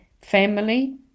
family